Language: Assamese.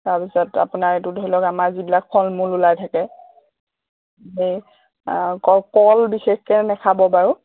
তাৰপিছত আপোনাৰ এইটো ধৰি লওক আমাৰ যিবিলাক ফল মূল ওলাই থাকে সেই কল বিশেষকে নেখাব বাৰু